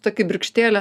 ta kibirkštėlė